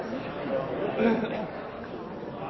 en